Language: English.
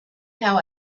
how